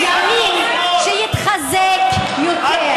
מהמילה שמאל, יש ימין שיתחזק יותר,